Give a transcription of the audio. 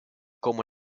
como